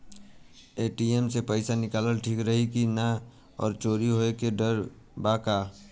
ATM से पईसा निकालल ठीक रही की ना और चोरी होये के डर बा का?